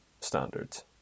standards